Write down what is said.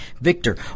Victor